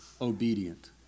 obedient